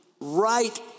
right